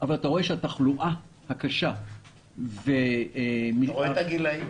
אבל אתה רואה שהתחלואה הקשה --- אתה רואה את הגילאים.